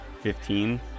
Fifteen